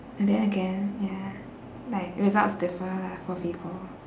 but then again ya like results differ lah for people